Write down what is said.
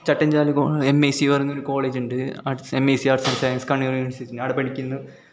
ചട്ടംചാലികോ MSc പറഞ്ഞ ഒരു college ഉണ്ട് arts MSc arts and science Kannur university ഞാൻ ആടെ പഠിക്കുന്നു